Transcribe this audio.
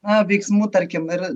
na veiksmų tarkim ir